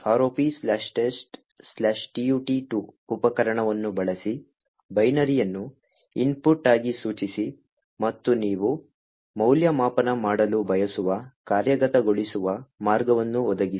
ROPtesttut2 ಉಪಕರಣವನ್ನು ಬಳಸಿ ಬೈನರಿಯನ್ನು ಇನ್ಪುಟ್ ಆಗಿ ಸೂಚಿಸಿ ಮತ್ತು ನೀವು ಮೌಲ್ಯಮಾಪನ ಮಾಡಲು ಬಯಸುವ ಕಾರ್ಯಗತಗೊಳಿಸುವ ಮಾರ್ಗವನ್ನು ಒದಗಿಸಿ